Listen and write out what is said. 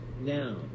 Now